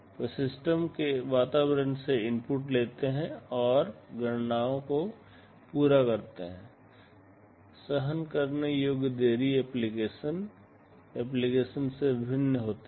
वे system के वातावरण से इनपुट लेते हैं और गणनाओं को पूरा करते हैं सहन करने योग्य देरी एप्लीकेशन एप्लीकेशन में भिन्न होती है